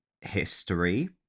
history